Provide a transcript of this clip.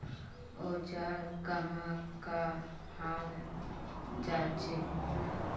औजार कहाँ का हाल जांचें?